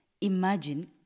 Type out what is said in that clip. Imagine